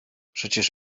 przecież